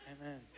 Amen